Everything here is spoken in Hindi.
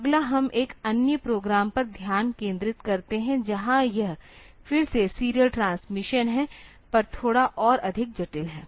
तो अगला हम एक अन्य प्रोग्राम पर ध्यान केंद्रित करते हैं जहां यह फिर से सीरियल ट्रांसमिशन है पर थोड़ा और अधिक जटिल है